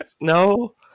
No